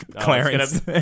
Clarence